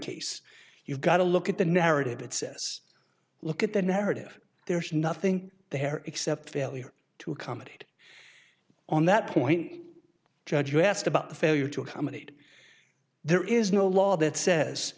case you've got to look at the narrative it says look at the narrative there's nothing there except failure to accommodate on that point judge you asked about the failure to accommodate there is no law that says